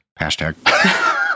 hashtag